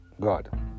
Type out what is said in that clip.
God